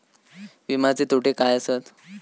विमाचे तोटे काय आसत?